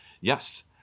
Yes